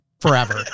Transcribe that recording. forever